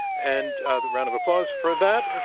and the round of applause for that